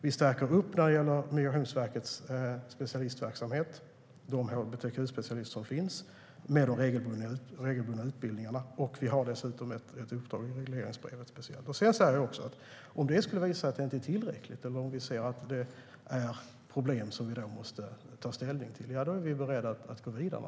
Vi stärker upp Migrationsverkets hbtq-specialister med de regelbundna utbildningarna. Det finns dessutom ett uppdrag till Migrationsverket i regleringsbrevet. Om det sedan skulle visa sig att det inte är tillräckligt eller att det finns problem som vi måste ta ställning till är vi naturligtvis beredda att gå vidare.